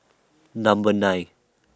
Number nine